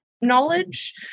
knowledge